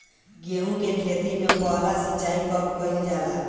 गेहू के खेती मे पहला सिंचाई कब कईल जाला?